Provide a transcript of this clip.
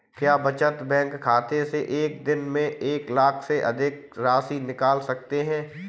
क्या बचत बैंक खाते से एक दिन में एक लाख से अधिक की राशि निकाल सकते हैं?